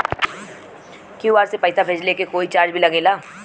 QR से पैसा भेजला के कोई चार्ज भी लागेला?